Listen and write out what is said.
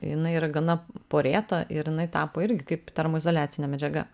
jinai yra gana porėta ir jinai tapo irgi kaip termoizoliacinė medžiaga